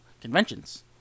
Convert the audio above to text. conventions